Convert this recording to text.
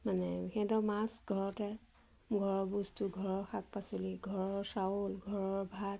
মানে সিহঁতৰ মাছ ঘৰতে ঘৰৰ বস্তু ঘৰৰ শাক পাচলি ঘৰৰ চাউল ঘৰৰ ভাত